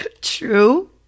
True